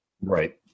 Right